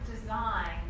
design